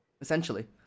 essentially